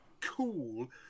cool